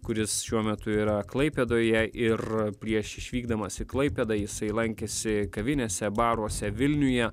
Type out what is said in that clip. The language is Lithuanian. kuris šiuo metu yra klaipėdoje ir prieš išvykdamas į klaipėdą jisai lankėsi kavinėse baruose vilniuje